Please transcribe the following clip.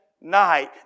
night